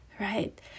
right